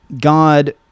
God